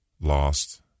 lost